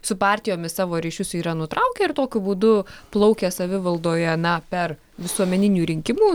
su partijomis savo ryšius yra nutraukę ir tokiu būdu plaukia savivaldoje na per visuomeninių rinkimų